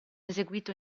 eseguito